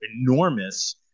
enormous –